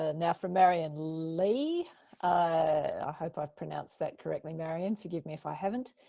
ah now for marion lee i hope i'm pronouncing that correctly, marion. forgive me if i haven't.